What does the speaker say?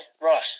right